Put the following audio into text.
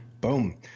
Boom